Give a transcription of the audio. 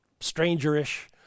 stranger-ish